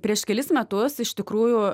prieš kelis metus iš tikrųjų